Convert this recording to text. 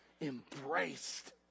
embraced